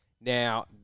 Now